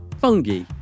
Fungi